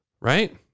right